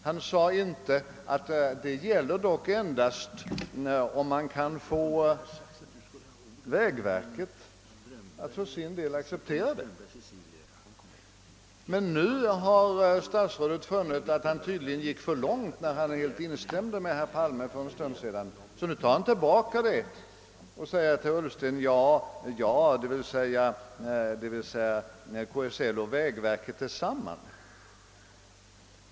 Han sade inte att detta gällde endast om man kunde få vägverket att för sin del acceptera det. Men nu har statsrådet Norling funnit att han tydligen gick för långt när han för en stund sedan helt instämde i herr Palmes uttalande, så nu tar han tillbaka det och säger till herr Ullsten att det är KSL och vägverket som tillsammans skall enas om prioriteringen.